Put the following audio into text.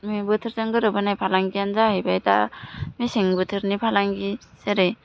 May बोथोरजों गोरोब होनाय फालांगियानो जाहैबाय दा मेसें बोथोरनि फालांगि जेरै